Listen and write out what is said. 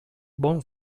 bon